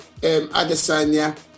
Adesanya